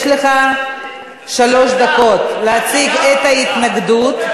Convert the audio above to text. יש לך שלוש דקות להציג את ההתנגדות.